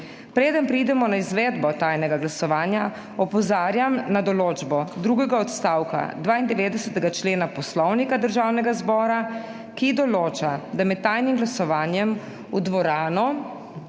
Preden preidemo na izvedbo tajnega glasovanja, opozarjam na določbo drugega odstavka 92. člena Poslovnika Državnega zbora, ki določa, da med tajnim glasovanjem v dvorano